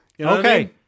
Okay